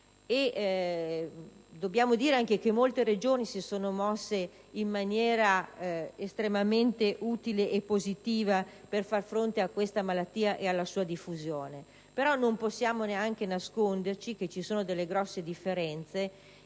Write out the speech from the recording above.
e dobbiamo anche dire che molte Regioni si sono mosse in maniera estremamente utile e positiva per far fronte a questa malattia e alla sua diffusione. Non possiamo però neanche nasconderci che l'esistenza di grosse differenze